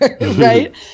right